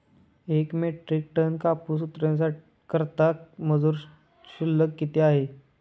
एक metric tonne कापूस उतरवण्याकरता मजूर शुल्क किती आहे?